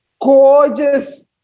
gorgeous